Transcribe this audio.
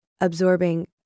absorbing